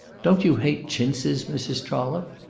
don't you hate chintzes, mrs. trollope?